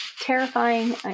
terrifying